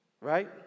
right